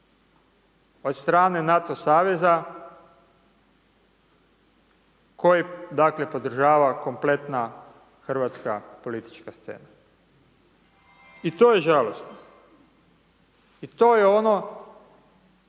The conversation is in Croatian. od strane NATO saveza, koji dakle podržava kompletna hrvatska politička scena. I to je žalosno. I to je ono